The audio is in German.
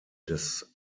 des